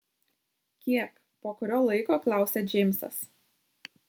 kiek po kurio laiko klausia džeimsas